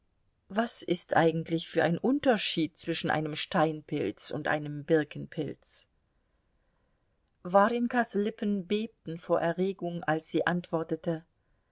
was ist eigentlich für ein unterschied zwischen einem steinpilz und einem birkenpilz warjenkas lippen bebten vor erregung als sie antwortete